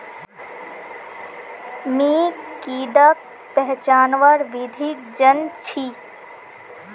मी कीडाक पहचानवार विधिक जन छी